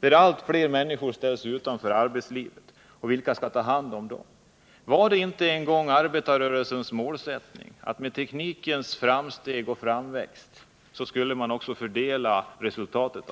med påföljd att allt fler människor ställs utanför arbetslivet? Vilka skall i så fall ta hand om dessa människor? Var det inte en gång arbetarrörelsens målsättning att man när tekniken gick framåt också skulle fördela resultatet.